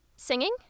singing